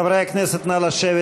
חברי הכנסת, נא לשבת.